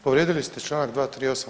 Povrijedili ste članak 238.